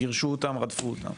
גירשו אותם ורדפו אותם.